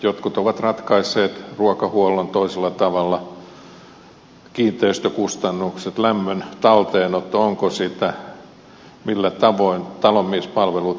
jotkut ovat ratkaisseet ruokahuollon toisella tavalla kiinteistökustannukset lämmön talteenotto onko sitä millä tavoin talonmiespalvelut hoidetaan ja niin edelleen